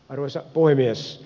arvoisa puhemies